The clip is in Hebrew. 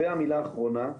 המילה האחרונה,